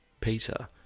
Peter